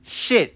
shit